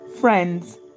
Friends